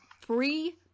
Free